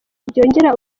byongera